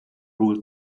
ruled